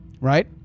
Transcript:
right